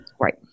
Right